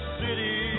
city